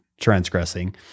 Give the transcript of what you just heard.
transgressing